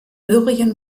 übrigen